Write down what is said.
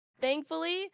thankfully